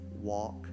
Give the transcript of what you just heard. walk